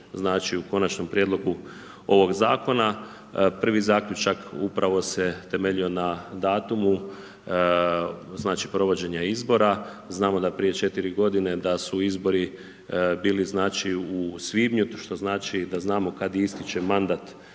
znači u konačnom prijedlogu ovog zakona. Prvi zaključak upravo se temeljio na datumu, znači provođenja izbora. Znamo da prije 4 godine, da su izbori bili znači u svibnju, što znači da znamo kad ističe mandat